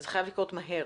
וזה חייב לקרות מהר.